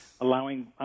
allowing